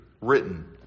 written